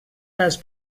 les